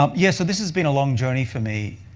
um yeah, so this has been a long journey for me.